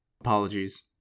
Apologies